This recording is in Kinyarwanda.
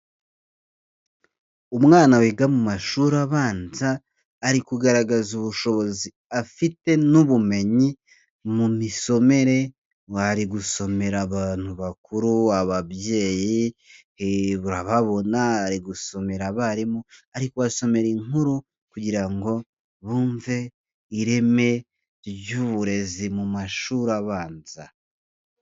Umwana wiga mu mashuri abanza, ari kugaragaza ubushobozi afite n'ubumenyi mu misomere, bari gusomera abantu bakuru, ababyeyi babona, ari gusumerara abarimu ari kubasomera inkuru kugira ngo bumve ireme ry'uburezi mu mashuri abanza.